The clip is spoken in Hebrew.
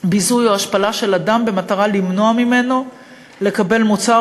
ביזוי או השפלה של אדם במטרה למנוע ממנו לקבל מוצר